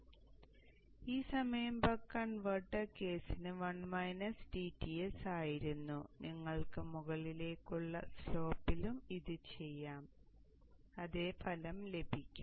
അതിനാൽ ഈ സമയം ബക്ക് കൺവെർട്ടർ കേസിന് വൺ മൈനസ് dTs ആയിരുന്നു നിങ്ങൾക്ക് മുകളിലേക്കുള്ള സ്ലോപ്പിലും ഇത് ചെയ്യാം നിങ്ങൾക്ക് അതേ ഫലം ലഭിക്കും